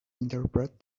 interpret